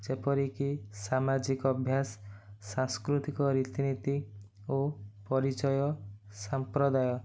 ଯେପରିକି ସାମାଜିକ ଅଭ୍ୟାସ ସାଂସ୍କୃତିକ ରୀତିନୀତି ଓ ପରିଚୟ ସାମ୍ପ୍ରଦାୟ